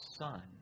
Son